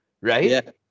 right